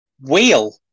wheel